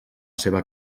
seva